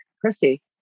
Christy